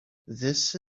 this